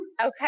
Okay